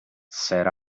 said